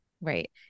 Right